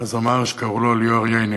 זמר שקראו לו ליאור ייני.